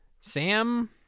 Sam